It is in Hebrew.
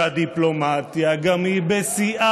/ והדיפלומטיה גם היא בשיאה,